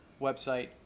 website